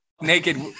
naked